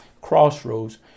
Crossroads